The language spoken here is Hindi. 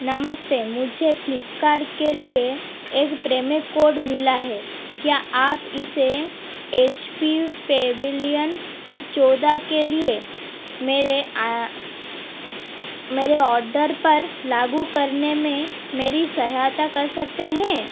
नमस्ते मुझे फ्लीपकार्ट के लिए एक प्रेमे कोड मिला है क्या आप इसे एच पी पेविलियन चौदह के लिए मेरे मेरे ऑर्डर पर लागू करने में मेरी सहायता कर सकते हैं